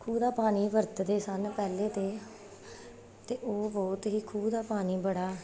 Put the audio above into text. ਪੂਰਾ ਪਾਣੀ ਵਰਤਦੇ ਸਨ ਪਹਿਲੇ ਤਾਂ ਅਤੇ ਉਹ ਬਹੁਤ ਹੀ ਖੂਹ ਦਾ ਪਾਣੀ ਬੜਾ